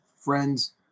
friends